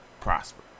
prosper